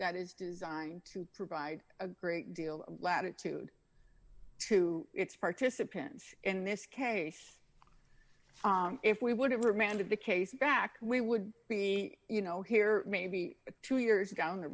that is designed to provide a great deal of latitude to its participants in this case if we would have remanded the case back we would be you know here maybe two years ago down the